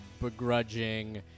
begrudging